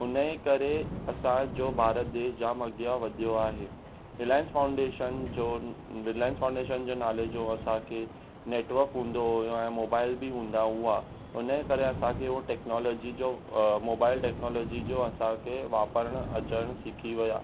उन ई करे असांजो भारत देश जामु अॻियां वधियो आहे रिलायंस फाउंडेशन जो रिलायंस फाउंडेशन जो नाले जो असांखे नेटवर्क हूंदो हुओ ऐं मोबाइल बि हूंदा हुआ उन ई करे असांखे हो टेक्नोलॉजी जो मोबाइल टेक्नोलॉजी जो असांखे वापिरणु अचणु सिखी विया